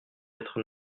être